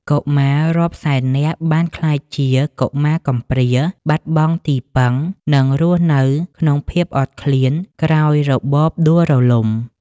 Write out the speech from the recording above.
កុមាររាប់សែននាក់បានក្លាយជាកុមារកំព្រា បាត់បង់ទីពឹង និងរស់នៅក្នុងភាពអត់ឃ្លានក្រោយរបបដួលរំលំ។